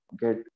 get